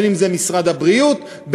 אם משרד הבריאות,